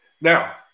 Now